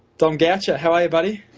dom goucher. how are you, buddy?